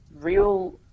real